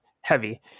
heavy